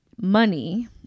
money